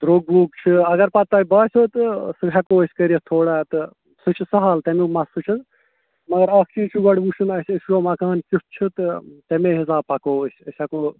درٛوٚگ ووٚگ چھِ اگر پَتہٕ تۄہہِ باسیو تہٕ سُہ ہٮ۪کو أسۍ کٔرِتھ تھوڑا تہٕ سُہ چھِ سہل تَمیُک مسلہٕ چھِنہٕ مگر اَکھ چیٖز چھِ گۄڈٕ وٕچھُن اَسہِ أسۍ وٕچھو مکان کیُتھ چھُ تہٕ تَمے حِساب پَکو أسۍ أسۍ ہٮ۪کو